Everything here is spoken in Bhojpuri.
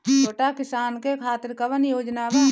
छोटा किसान के खातिर कवन योजना बा?